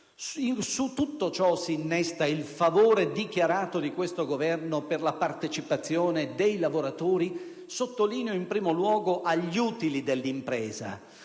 Su tutto ciò si innesta il favore dichiarato di questo Governo per la partecipazione dei lavoratori, in primo luogo - lo sottolineo - agli utili dell'impresa,